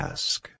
Ask